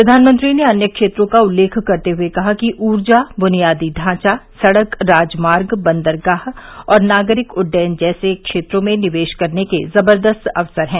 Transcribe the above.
प्रधानमंत्री ने अन्य क्षेत्रों का उल्लेख करते हुए कहा कि ऊर्जा बुनियादी ढांचा सड़क राजमार्ग बंदरगाह और नागरिक उड्डयन जैसे क्षेत्रों में निवेश करने के जबरदस्त अवसर हैं